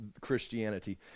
Christianity